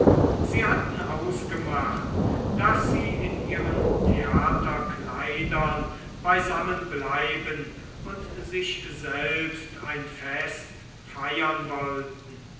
sie hatten ausgemacht daß sie in ihren theaterkleidern beisammen bleiben und sich selbst ein fest feiern wollten